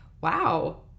wow